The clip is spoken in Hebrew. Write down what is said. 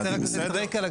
אני רוצה רק לתת רקע.